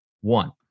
one